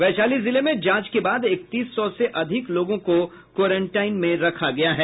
वैशाली जिले में जांच के बाद इकतीस सौ से अधिक लोगों को क्वारंटाइन में रखा गया है